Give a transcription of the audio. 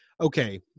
okay